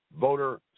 voter